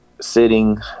sitting